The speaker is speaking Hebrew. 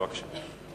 בבקשה.